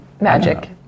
Magic